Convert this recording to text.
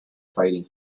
fighting